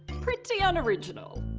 pretty unoriginal.